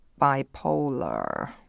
bipolar